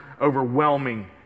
overwhelming